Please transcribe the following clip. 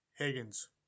Higgins